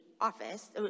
office